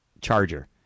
charger